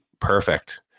perfect